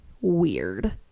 weird